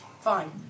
Fine